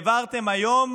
העברתם היום